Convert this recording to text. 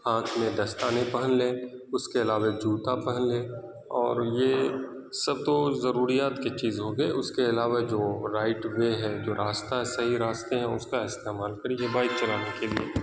ہاتھ میں دستانے پہن لیں اس کے علاوہ جوتا پہن لیں اور یہ سب تو ضروریات کے چیز ہو گئے اس کے علاوہ جو رائٹ وے ہے جو راستہ ہے صحیح راستے ہیں اس کا استعمال کریے بائیک چلانے کے لیے